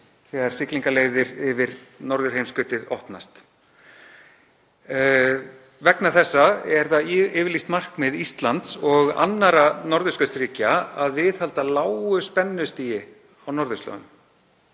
þegar siglingarleiðir yfir norðurheimskautið opnast. Vegna þessa er það yfirlýst markmið Íslands og annarra norðurskautsríkja að viðhalda lágu spennustigi á norðurslóðum.